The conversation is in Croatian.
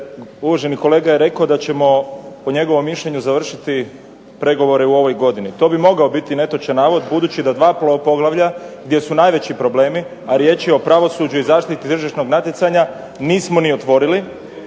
uvaženi kolega je rekao da ćemo po njegovom mišljenju završiti pregovore u ovoj godini. To bi mogao biti netočan navod, budući da dva poglavlja gdje su najveći problemi, a riječ je o pravosuđu i zaštiti tržišnog natjecanja nismo ni otvorili.